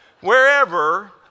wherever